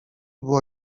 było